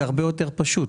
זה הרבה יותר פשוט.